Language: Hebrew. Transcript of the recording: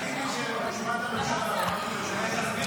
הסתייגות 2 נתקבלה.